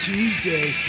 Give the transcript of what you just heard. Tuesday